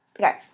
Okay